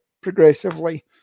progressively